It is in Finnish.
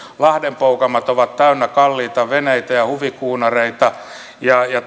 lahdenpoukamat ovat täynnä kalliita veneitä ja huvikuunareita ja ja